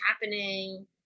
happening